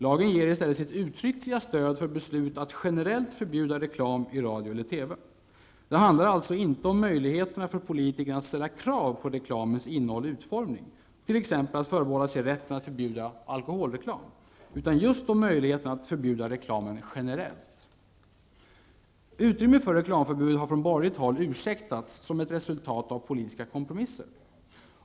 Lagen ger i stället sitt uttryckliga stöd för beslut att generellt förbjuda reklam i radio eller TV. Det handlar således inte om möjligheterna för politikerna att ställa krav på reklamens innehåll och utformning, dvs. att förbehålla sig rätten att förbjuda t.ex. alkoholreklam, utan just om möjligheten att förbjuda reklam generellt. Utrymmet för reklamförbud har från borgerligt håll ursäktats som ett resultat av politiska kompromisser.